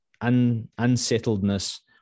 unsettledness